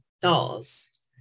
dolls